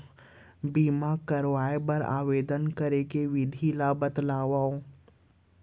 बीमा करवाय बर आवेदन करे के विधि ल बतावव?